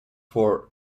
for